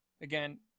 again